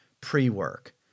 pre-work